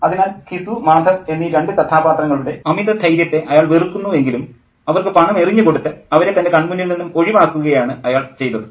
അതിനാൽ ഘിസു മാധവ് എന്നീ ഈ രണ്ട് കഥാപാത്രങ്ങളുടെ അമിത ധൈര്യത്തെ അയാൾ വെറുക്കുന്നു എങ്കിലും അവർക്ക് പണം എറിഞ്ഞു കൊടുത്ത് അവരെ തൻ്റെ കൺമുന്നിൽ നിന്നും ഒഴിവാക്കുകയാണ് അയാൾ ചെയ്തത്